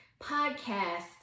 podcast